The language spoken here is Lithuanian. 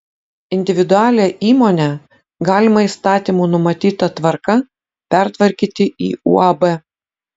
individualią įmonę galima įstatymų numatyta tvarka pertvarkyti į uab